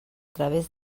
través